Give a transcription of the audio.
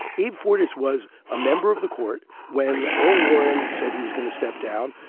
abe fortas was a member of the court when earl warren said he was going to step down.